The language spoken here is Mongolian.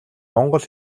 монгол